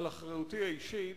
על אחריותי האישית,